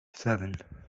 seven